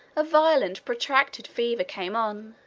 a violent protracted fever came on.